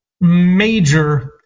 major